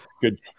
good